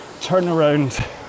turnaround